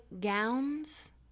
gowns